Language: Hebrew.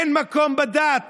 אין מקום בדת